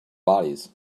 bodies